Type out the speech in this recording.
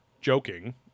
joking